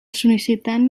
sol·licitant